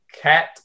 Cat